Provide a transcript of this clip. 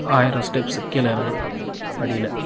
ஆயிரம் ஸ்டெப்ஸு கீழே இறங்கணும் படியில்